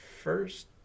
first